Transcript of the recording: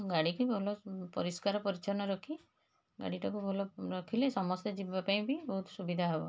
ଗାଡ଼ିକି ଭଲ ପରିଷ୍କାର ପରିଚ୍ଛନ୍ନ ରଖି ଗାଡ଼ିଟାକୁ ଭଲ ରଖିଲେ ସମସ୍ତେ ଯିବାପାଇଁ ବି ବହୁତ ସୁବିଧା ହବ